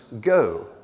go